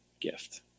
gift